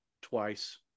twice